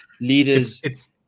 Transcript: leaders